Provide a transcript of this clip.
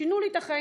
שינו לי את החיים,